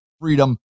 freedom